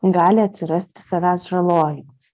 gali atsirasti savęs žalojimas